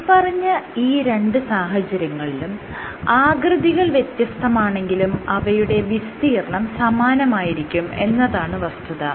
മേല്പറഞ്ഞ ഈ രണ്ട് സാഹചര്യങ്ങളിലും ആകൃതികൾ വ്യത്യസ്തമാണെങ്കിലും അവയുടെ വിസ്തീർണ്ണം സമാനായിരിക്കും എന്നതാണ് വസ്തുത